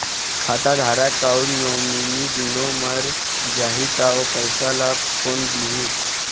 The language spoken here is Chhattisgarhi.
खाता धारक अऊ नोमिनि दुनों मर जाही ता ओ पैसा ला कोन लिही?